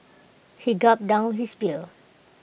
he gulped down his beer